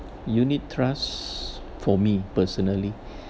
unit trusts for me personally